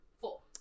Four